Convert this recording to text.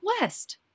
West